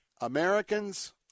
Americans